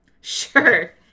Sure